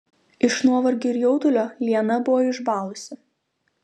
iš nuovargio ir jaudulio liana buvo išbalusi